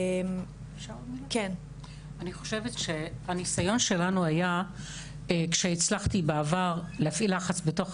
אני חושבת שהניסיון שלנו היה כשהצלחתי בעבר להפעיל לחץ בתוך